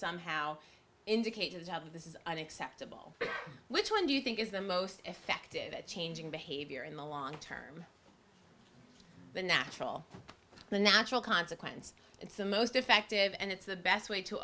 somehow indicators out of this is unacceptable but which one do you think is the most effective at changing behavior in the long term the natural the natural consequence it's the most effective and it's the best way to